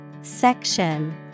Section